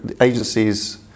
agencies